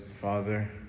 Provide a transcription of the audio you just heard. Father